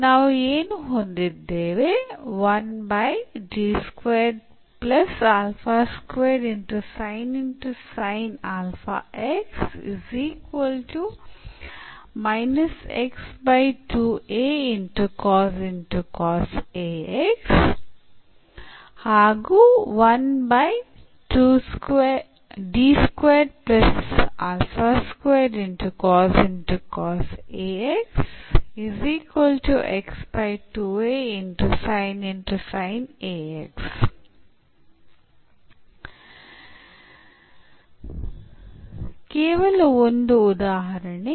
ನಾವು ಏನು ಹೊಂದಿದ್ದೇವೆ ಕೇವಲ ಒಂದು ಉದಾಹರಣೆ